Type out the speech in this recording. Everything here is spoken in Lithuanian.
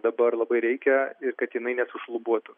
dabar labai reikia ir kad jinai nesušlubuotų